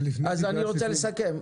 אני רוצה לסכם.